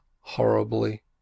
horribly